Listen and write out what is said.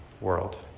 world